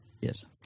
Yes